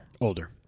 Older